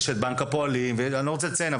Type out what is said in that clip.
יש את בנק הפועלים, אני לא רוצה לציין.